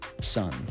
son